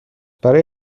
برای